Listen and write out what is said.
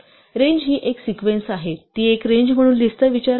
range ही एक sequence आहे आणि ती एक रेंज म्हणून लिस्टचा विचार आहे